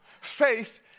Faith